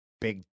Big